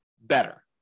better